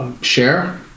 Share